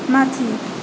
माथि